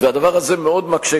וזה מאוד מקשה,